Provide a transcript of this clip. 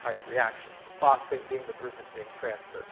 type reaction, the phosphate being the group that's being transferred.